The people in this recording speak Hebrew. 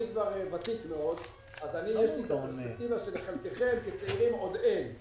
אני ותיק מאוד אז יש לי את הפרספקטיבה שלחלקכם כצעירים עוד אין.